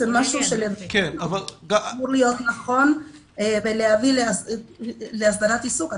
זה משהו שאמור להיות נכון ואמור להביא להסדרת עיסוק.